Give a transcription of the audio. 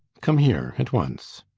come here! at once!